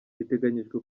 biteganyijwe